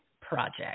Project